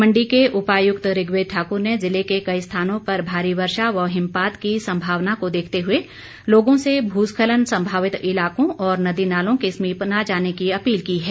मण्डी के उपायुक्त ऋग्वेद ठाकुर ने जिले के कई स्थानों पर भारी वर्षा व हिमपात की संभावना को देखते हुए लोगों से भूस्खलन संभावित इलाकों और नदी नालों के समीप न जाने की अपील की है